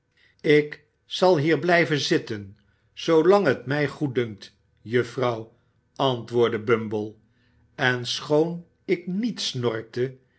ik zal hier blijven zitten zoolang het mij goeddunkt juffrouw antwoordde bumble en schoon ik niet